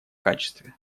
качестве